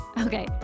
Okay